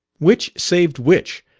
which saved which?